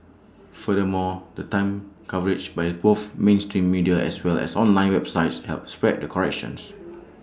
furthermore the timely coverage by both mainstream media as well as online websites help spread the corrections